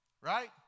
Right